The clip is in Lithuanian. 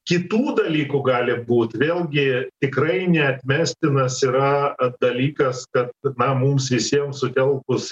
kitų dalykų gali būt vėlgi tikrai neatmestinas yra dalykas kad na mums visiems sutelkus